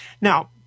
Now